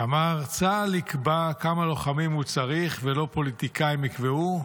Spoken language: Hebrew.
ואמר: "צה"ל יקבע כמה לוחמים הוא צריך ולא פוליטיקאים יקבעו,